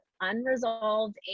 unresolved